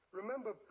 remember